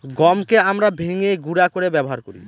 গমকে আমরা ভেঙে গুঁড়া করে ব্যবহার করি